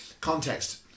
context